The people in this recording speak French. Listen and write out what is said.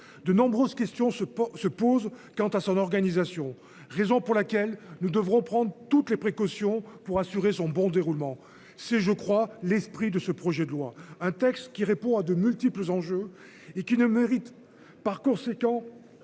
De nombreuses questions se posent, se pose. Quant à son organisation. Raison pour laquelle nous devrons prendre toutes les précautions pour assurer son bon déroulement, c'est je crois l'esprit de ce projet de loi, un texte qui répond à de multiples enjeux et qui ne mérite par conséquent.